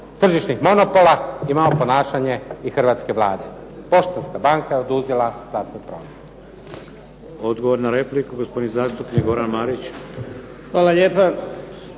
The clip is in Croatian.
tržišnih monopola imamo ponašanje i hrvatske Vlade. Poštanska banka je oduzela platni promet. **Šeks, Vladimir (HDZ)** Odgovor na repliku gospodin zastupnik Goran Marić. **Marić,